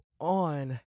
on